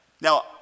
Now